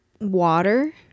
water